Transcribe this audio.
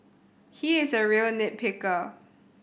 he is a real nit picker